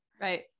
Right